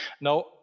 Now